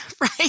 Right